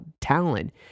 talent